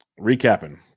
Recapping